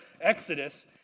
Exodus